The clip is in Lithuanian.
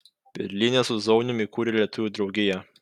berlyne su zaunium įkūrė lietuvių draugiją